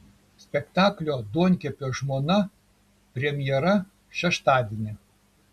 spektaklio duonkepio žmona premjera šeštadienį